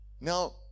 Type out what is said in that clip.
Now